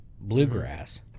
bluegrass